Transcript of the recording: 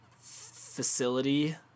facility